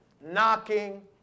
knocking